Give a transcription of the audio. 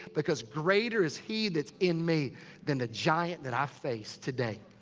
because greater is he that's in me than the giant that i face today.